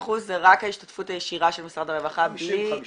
כ-50% זה רק ההשתתפות הישירה של משרד הרווחה בלי